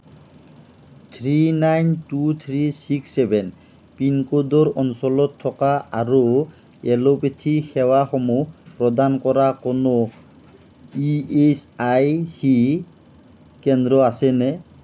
three nine two three six seven পিনক'ডৰ অঞ্চলত থকা আৰু এলোপেথী সেৱাসমূহ প্ৰদান কৰা কোনো ই এচ আই চি কেন্দ্ৰ আছেনে